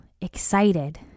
excited